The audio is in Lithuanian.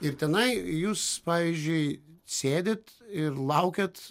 ir tenai jūs pavyzdžiui sėdit ir laukiat